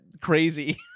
crazy